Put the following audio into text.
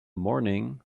morning